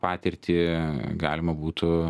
patirtį galima būtų